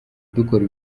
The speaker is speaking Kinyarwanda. dukora